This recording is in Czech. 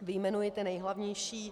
Vyjmenuji ty nejhlavnější.